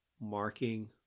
marking